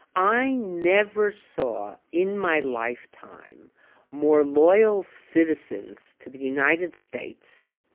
i never saw in my lifetime more loyal citizens to the united states,